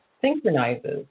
synchronizes